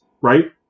right